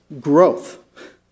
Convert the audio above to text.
growth